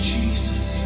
Jesus